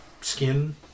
Skin